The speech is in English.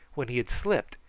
when he had slipped,